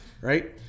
Right